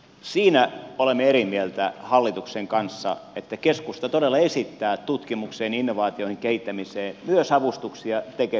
siinä olemme eri mieltä hallituksen kanssa että keskusta todella esittää tutkimukseen innovaatioihin kehittämiseen myös avustuksia tekesin kautta